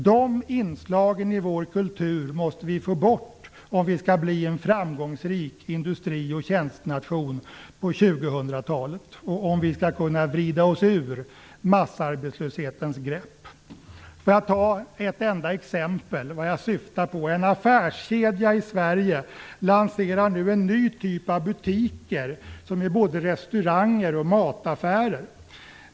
De inslagen i vår kultur måste vi få bort om vi skall bli en framgångsrik industri och tjänstenation på 2000-talet och om vi skall kunna vrida oss ur massarbetslöshetens grepp. Låt mig ta ett enda exempel på vad jag syftar på. En affärskedja i Sverige lanserar nu en ny typ av butiker som är både restauranger och mataffärer.